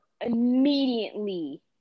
immediately